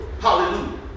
Hallelujah